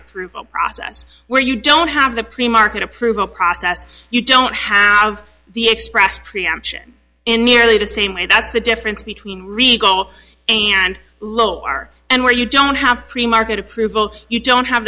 approval process where you don't have the premarket approval process you don't have the express preemption in nearly the same way that's the difference between regal and lowell are and where you don't have free market approval you don't have